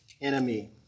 enemy